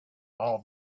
all